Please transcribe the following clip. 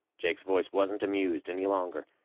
jake's voice wasn't amused any longer,